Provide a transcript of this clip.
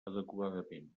adequadament